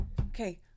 Okay